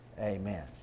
Amen